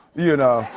you know?